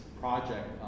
project